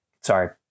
Sorry